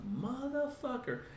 motherfucker